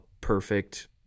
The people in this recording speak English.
perfect